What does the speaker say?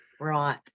Right